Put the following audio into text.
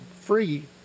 free